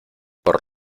por